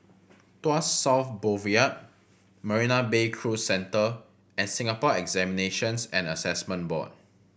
Tuas South Boulevard Marina Bay Cruise Centre and Singapore Examinations and Assessment Board